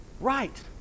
Right